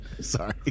Sorry